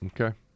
Okay